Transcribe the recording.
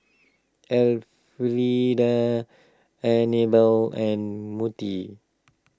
Elfrieda Anibal and Monty